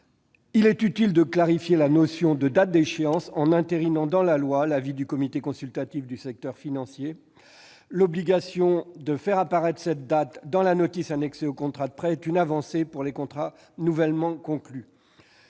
Il est utile de clarifier la notion de date d'échéance en entérinant dans la loi l'avis du comité consultatif du secteur financier, le CCSF. L'obligation de faire apparaître cette date dans la notice annexée au contrat de prêt constitue une avancée pour les contrats nouvellement conclus.